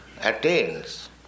attains